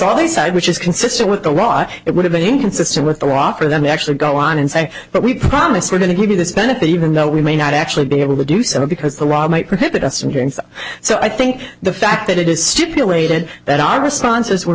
all they said which is consistent with the law it would have been inconsistent with the law for them to actually go on and say but we promise we're going to give you this benefit even though we may not actually be able to do so because the law might prohibit us from doing so so i think the fact that it is stipulated that our responses were